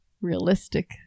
realistic